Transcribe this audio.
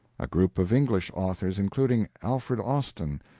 a group of english authors, including alfred austin,